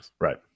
Right